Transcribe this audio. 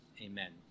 amen